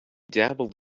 dabbled